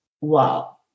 wow